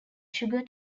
sugar